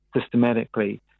systematically